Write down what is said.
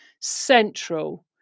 central